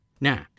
Now